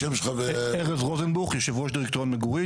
ארז רוזנבוך יושב ראש דירקטוריון מגוריט,